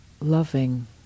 loving